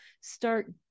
start